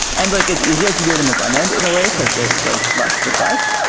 and like it's easier to do it in the frontend in a way, because there's like less request.